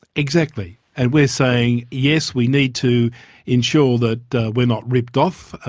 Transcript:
exactly. and we're saying, yes, we need to ensure that we're not ripped off.